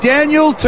Daniel